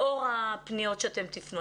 לאור הפניות שאתם תפנו.